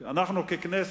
ככנסת,